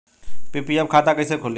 PPF खाता कैसे खुली?